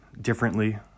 differently